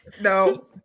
No